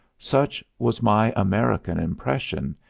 such was my american impression,